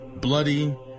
bloody